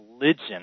religion